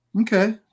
Okay